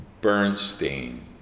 Bernstein